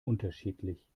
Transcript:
unterschiedlich